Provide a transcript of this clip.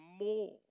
more